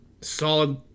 solid